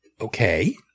Okay